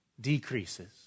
decreases